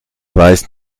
weiss